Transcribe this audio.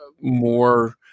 more